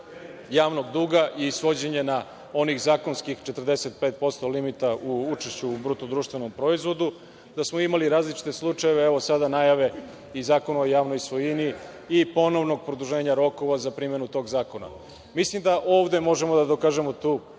javnog duga i svođenje na onih zakonskih 45% limita u učešću u bruto društvenom proizvodu. Imali smo različite slučajeve, a evo sada i najave i Zakona o javnoj svojini i ponovnog produženja rokova za primenu tog zakona. Mislim da ovde možemo da dokažemo tu